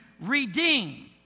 redeem